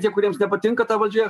tie kuriems nepatinka ta valdžia